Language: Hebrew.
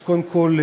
אז קודם כול,